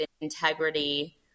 integrity